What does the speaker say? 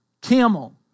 Camel